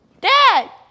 Dad